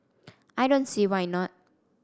I don't see why not